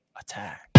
attack